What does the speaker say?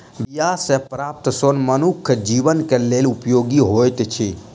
बीया सॅ प्राप्त सोन मनुखक जीवन के लेल उपयोगी होइत अछि